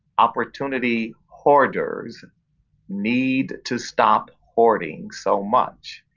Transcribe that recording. opportunity hoarders need to stop hoarding so much.